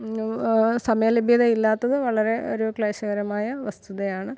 സമയ ലഭ്യത ഇല്ലാത്തത് വളരെ ഒരു ക്ലേശകരമായ വസ്തുതയാണ്